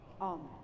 Amen